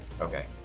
Okay